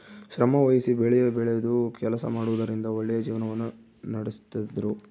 ಶ್ರಮವಹಿಸಿ ಬೆಳೆಬೆಳೆದು ಕೆಲಸ ಮಾಡುವುದರಿಂದ ಒಳ್ಳೆಯ ಜೀವನವನ್ನ ನಡಿಸ್ತಿದ್ರು